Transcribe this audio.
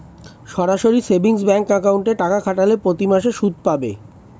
সরাসরি savings bank অ্যাকাউন্টে টাকা খাটালে প্রতিমাসে সুদ পাবে